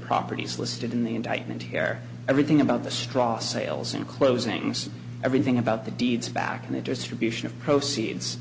properties listed in the indictment here everything about the strong sales and closings everything about the deeds back and the distribution of proceeds